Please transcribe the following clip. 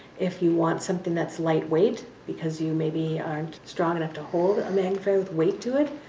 if you want something that's lightweight, because you maybe aren't strong enough to hold a magnifier with weight to it,